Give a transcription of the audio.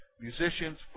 musicians